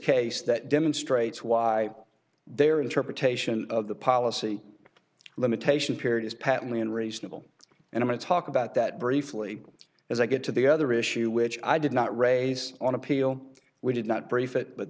case that demonstrates why their interpretation of the policy limitation period is patently unreasonable and i'm a talk about that briefly as i get to the other issue which i did not raise on appeal we did not b